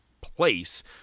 place